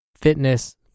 fitness